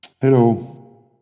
Hello